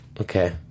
Okay